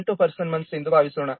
8 person months ಎಂದು ಭಾವಿಸೋಣ